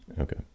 Okay